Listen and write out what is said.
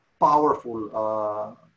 powerful